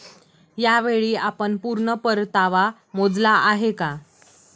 यावेळी आपण पूर्ण परतावा मोजला आहे का?